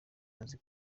azi